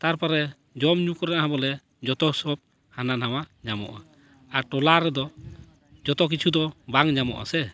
ᱛᱟᱨᱯᱚᱨᱮ ᱡᱚᱢ ᱧᱩ ᱠᱚᱨᱮᱱᱟᱜ ᱦᱚᱸ ᱵᱚᱞᱮ ᱡᱚᱛᱚ ᱥᱚᱵᱽ ᱦᱟᱱᱟ ᱱᱟᱣᱟ ᱧᱟᱢᱚᱜᱼᱟ ᱟᱨ ᱴᱚᱞᱟ ᱨᱮᱫᱚ ᱡᱚᱛᱚ ᱠᱤᱪᱷᱩ ᱫᱚ ᱵᱟᱝ ᱧᱟᱢᱚᱜᱼᱟ ᱥᱮ